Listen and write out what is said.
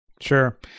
Sure